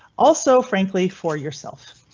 also frankly for yourself.